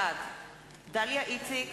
בעד דליה איציק,